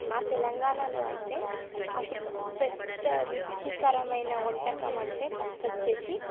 మా తెలంగాణలో అయితే అతిపెద్ద రుచికరమైన వంటకం అంటే ఫస్ట్ వచ్చేసి